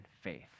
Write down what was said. faith